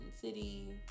city